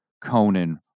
Conan